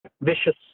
vicious